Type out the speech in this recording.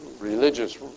religious